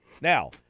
Now